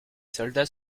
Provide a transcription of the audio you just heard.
soldats